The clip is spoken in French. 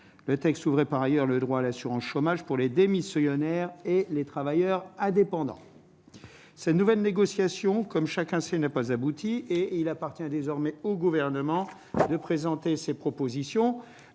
le texte ouvrait par ailleurs le droit à l'assurance chômage pour les démissionnaires et les travailleurs indépendants, ces nouvelles négociations comme chacun sait, n'a pas abouti et il appartient désormais au gouvernement de présenter ses propositions